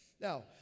Now